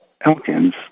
Elkins